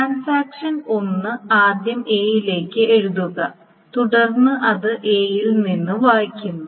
transaction 1 ആദ്യം എയിലേക്ക് എഴുതുക തുടർന്ന് അത് എ യിൽ നിന്ന് വായിക്കുന്നു